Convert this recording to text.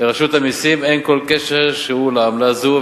לרשות המסים אין כל קשר שהוא לעמלה זו,